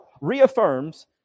reaffirms